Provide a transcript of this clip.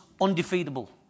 undefeatable